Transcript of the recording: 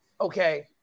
okay